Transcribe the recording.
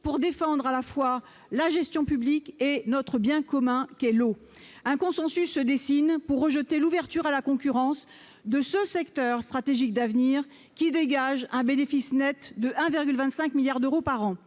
pour défendre à la fois la gestion publique et notre bien commun qu'est l'eau. Un consensus se dessine pour rejeter l'ouverture à la concurrence de ce secteur stratégique d'avenir qui dégage un bénéfice net de 1,25 milliard d'euros par an.